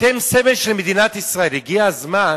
אתם סמל של מדינת ישראל, הגיע הזמן